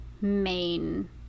main